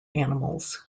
animals